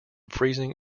freezing